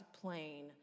plain